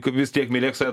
kaip vis tiek mylėk save